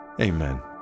amen